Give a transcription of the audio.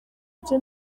byo